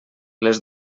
les